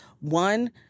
One